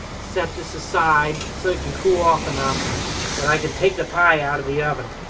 set this aside so it can cool off enough that i can take the pie out of the oven.